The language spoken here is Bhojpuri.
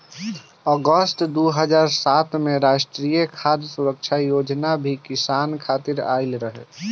अगस्त दू हज़ार सात में राष्ट्रीय खाद्य सुरक्षा योजना भी किसान खातिर आइल रहे